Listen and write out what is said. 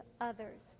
others